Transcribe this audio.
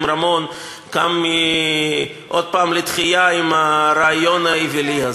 רמון קם עוד פעם לתחייה עם הרעיון האווילי הזה.